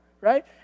right